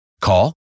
Call